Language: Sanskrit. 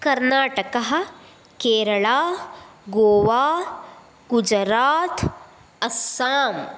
कर्णाटकः केरला गोवा गुजरात् अस्साम्